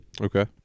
Okay